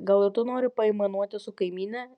gal ir tu nori paaimanuot su kaimyne